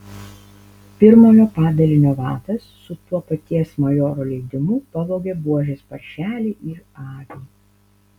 pirmojo padalinio vadas su to paties majoro leidimu pavogė buožės paršelį ir avį